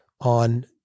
On